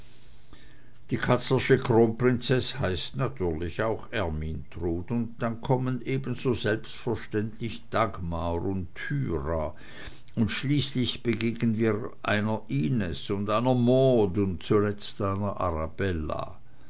die katzlersche kronprinzeß heißt natürlich auch ermyntrud und dann kommen ebenso selbstverständlich dagmar und thyra und danach begegnen wir einer inez und einer maud und zuletzt einer arabella